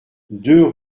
deux